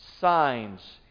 signs